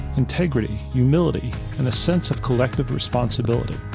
integrity, humility and a sense of collective responsibility.